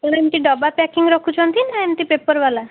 ଆପଣ ଏମିତି ଡବା ପ୍ୟାକିଂ ରଖୁଛନ୍ତି ନା ଏମିତି ପେପର୍ ବାଲା